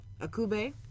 Akube